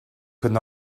could